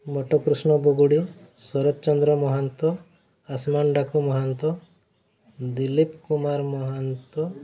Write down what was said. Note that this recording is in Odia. ବଟକୃଷ୍ଣ ବଗୁଡ଼ି ଶରତ ଚନ୍ଦ୍ର ମହାନ୍ତ ଆସମାନ୍ ଡାକୁ ମହାନ୍ତ ଦିଲ୍ଲୀପ କୁମାର ମହାନ୍ତ